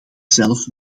zelf